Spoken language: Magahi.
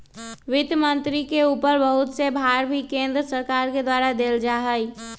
वित्त मन्त्री के ऊपर बहुत से भार भी केन्द्र सरकार के द्वारा देल जा हई